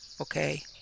Okay